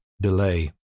delay